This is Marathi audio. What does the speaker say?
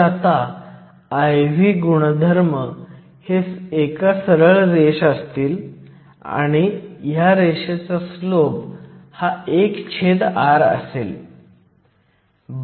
तर हे मूलत भाग बी आहे फक्त फर्मी लेव्हलमधील बदल पाहून आपण इम्पुरिटीच्या कॉन्सन्ट्रेशनची गणना करू शकतो